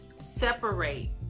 separate